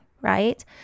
right